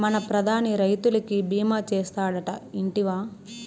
మన ప్రధాని రైతులకి భీమా చేస్తాడటా, ఇంటివా